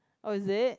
oh is it